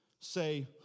say